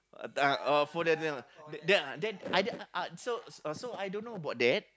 uh uh follow them ah then then I that uh so so I don't know about that